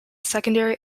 secondary